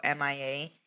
MIA